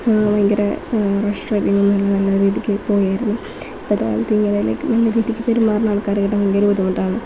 ഭയങ്കര റഷ് അല്ലെങ്കിൽ നല്ല നല്ല രീതിക്ക് പോയിരുന്നു ഇപ്പോഴത്തെകാലത്ത് ഇങ്ങനെ ലൈക്ക് നല്ല രീതിക്ക് പെരുമാറുന്ന ആൾക്കാരെ കിട്ടാൻ ഭയങ്കര ബുദ്ധിമുട്ടാണ്